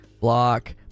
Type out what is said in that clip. block